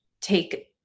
take